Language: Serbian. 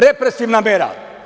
Represivna mera.